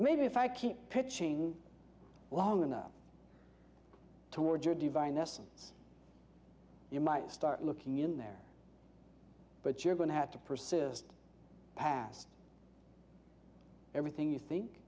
maybe if i keep pitching long enough toward your divine essence you might start looking in there but you're going to have to persist past everything you think